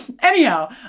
Anyhow